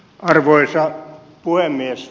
arvoisa puhemies